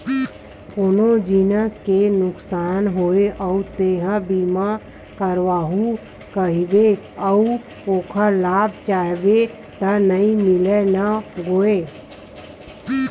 कोनो जिनिस के नुकसानी होगे अउ तेंहा बीमा करवाहूँ कहिबे अउ ओखर लाभ चाहबे त नइ मिलय न गोये